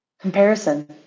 Comparison